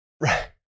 Right